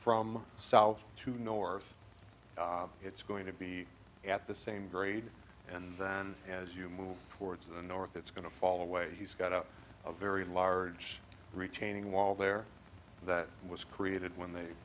from south to north it's going to be at the same grade and then as you move towards the north it's going to fall away he's got up a very large retaining wall there that was created when